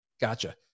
Gotcha